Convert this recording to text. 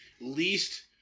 least